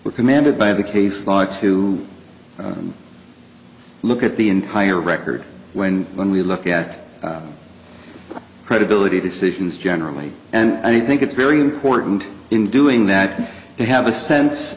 we're commanded by the case law to look at the entire record when when we look at credibility decisions generally and i think it's very important in doing that they have a sense